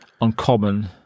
uncommon